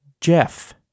Jeff